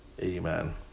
Amen